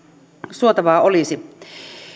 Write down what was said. suotavaa olisi